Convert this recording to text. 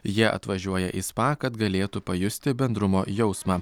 jie atvažiuoja į spa kad galėtų pajusti bendrumo jausmą